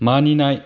मानिनाय